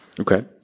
Okay